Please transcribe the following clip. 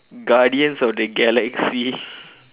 guardians of the galaxy